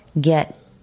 get